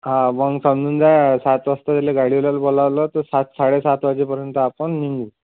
हा मग समजून जा सात वाजता गाडीवाल्याला बोलावलं तर सात साडेसात वाजेपर्यंत आपण निघू